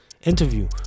interview